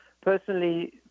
personally